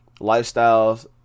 lifestyles